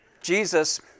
Jesus